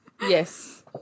Yes